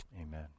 Amen